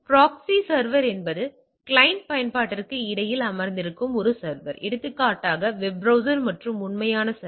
proxy server என்பது client பயன்பாட்டிற்கு இடையில் அமர்ந்திருக்கும் ஒரு சர்வர் எடுத்துக்காட்டாக வெப் பிரௌசர் மற்றும் உண்மையான சர்வர்